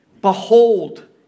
Behold